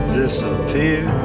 disappear